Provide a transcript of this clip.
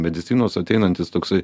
medicinos ateinantis toksai